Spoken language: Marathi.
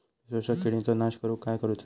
शोषक किडींचो नाश करूक काय करुचा?